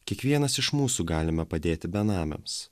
kiekvienas iš mūsų galime padėti benamiams